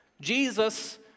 Jesus